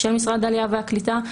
של משרד העלייה והקליטה,